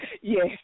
yes